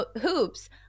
hoops